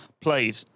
played